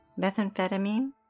methamphetamine